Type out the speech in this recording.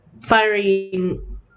firing